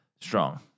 strong